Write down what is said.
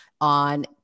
on